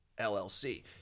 LLC